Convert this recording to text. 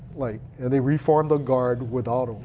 like and they reformed the guard without